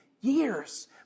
years